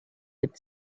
with